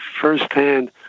firsthand